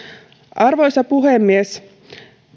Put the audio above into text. arvoisa puhemies